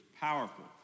powerful